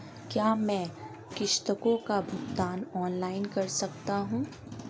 क्या मैं किश्तों का भुगतान ऑनलाइन कर सकता हूँ?